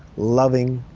loving.